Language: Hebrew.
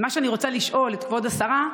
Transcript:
מה שאני רוצה לשאול את כבוד השרה: